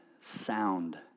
sound